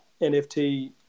NFT